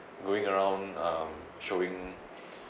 going around um showing